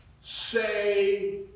say